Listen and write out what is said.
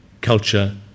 culture